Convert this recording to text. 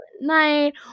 night